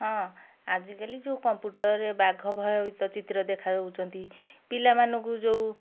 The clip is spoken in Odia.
ହଁ ଆଜିକାଲି ଯେଉଁ କମ୍ପୁଟରରେ ବାଘ ଭୟଭୀତ ଚିତ୍ର ଦେଖାଯାଉଛନ୍ତି ପିଲାମାନଙ୍କୁ ଯେଉଁ